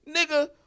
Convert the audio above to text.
Nigga